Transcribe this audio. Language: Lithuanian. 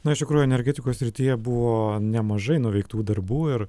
na iš tikrųjų energetikos srityje buvo nemažai nuveiktų darbų ir